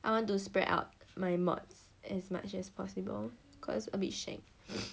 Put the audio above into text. I want to spread out my modules as much as possible cause a bit shag